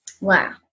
Wow